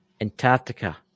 Antarctica